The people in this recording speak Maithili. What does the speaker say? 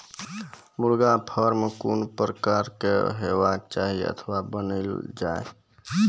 मुर्गा फार्म कून प्रकारक हेवाक चाही अथवा बनेल जाये?